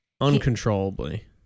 uncontrollably